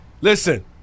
Listen